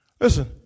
listen